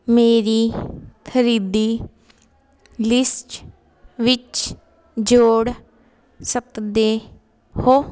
ਮੇਰੀ ਖਰੀਦੀ ਲਿਸਟ ਵਿੱਚ ਜੋੜ ਸਕਦੇ ਹੋ